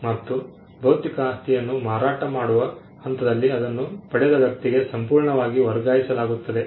ಮತ್ತು ಭೌತಿಕ ಆಸ್ತಿಯನ್ನು ಮಾರಾಟ ಮಾಡುವ ಹಂತದಲ್ಲಿ ಅದನ್ನು ಪಡೆದ ವ್ಯಕ್ತಿಗೆ ಸಂಪೂರ್ಣವಾಗಿ ವರ್ಗಾಯಿಸಲಾಗುತ್ತದೆ